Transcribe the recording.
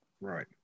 right